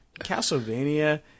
Castlevania